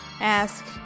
ask